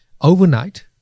overnight